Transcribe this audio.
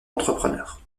entrepreneurs